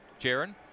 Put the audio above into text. Jaron